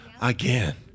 again